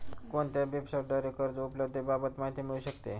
कोणत्या वेबसाईटद्वारे कर्ज उपलब्धतेबाबत माहिती मिळू शकते?